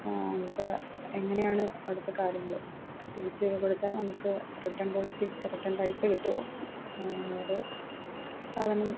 അവിടുത്തെ എങ്ങനെയാണ് അവിടുത്തെ കാര്യങ്ങൾ തിരിച്ച് കൊടുത്താൽ നമുക്ക് റിട്ടേൺ പോളിസി റിട്ടേൺ പൈസ കിട്ടുമോ അതോ സാധനം